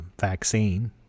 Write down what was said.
vaccine